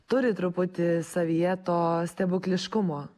turi truputį savyje to stebukliškumo